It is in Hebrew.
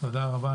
תודה רבה.